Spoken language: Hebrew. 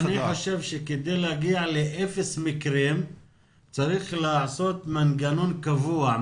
אני חושב שכדי להגיע לאפס מקרים צריך לעשות מנגנון קבוע,